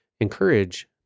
encourage